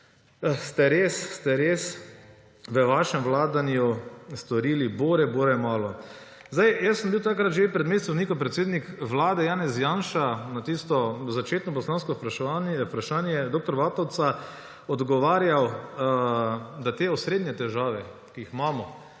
ste tukaj v vašem vladanju storili res bore malo. Jaz sem bil takrat, že pred mesecem dni, ko je predsednik Vlade Janez Janša na tisto začetno poslansko vprašanje dr. Vatovca odgovarjal, da te osrednje težave, ki jih imamo,